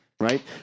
Right